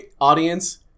audience